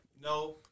No